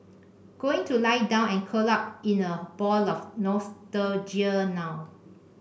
going to lie down and curl up in a ball of nostalgia now